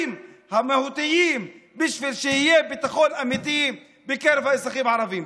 המהותיים בשביל שיהיה ביטחון אמיתי בקרב האזרחים הערביים.